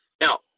now